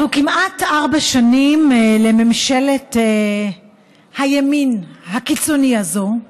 אנחנו כמעט ארבע שנים לממשלת הימין הקיצוני הזאת,